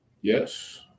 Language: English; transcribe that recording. Yes